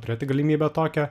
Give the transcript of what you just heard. turėti galimybę tokią